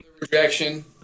rejection